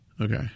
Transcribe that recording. Okay